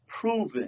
proven